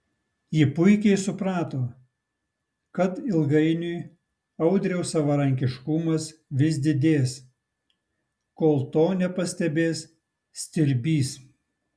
ji puikiai suprato kad ilgainiui audriaus savarankiškumas vis didės kol to nepastebės stirbys